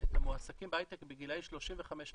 את המועסקים בהייטק בגילאי 35-45,